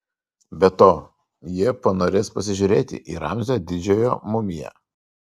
be to jie panorės pasižiūrėti į ramzio didžiojo mumiją